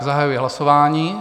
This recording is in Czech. Zahajuji hlasování.